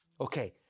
Okay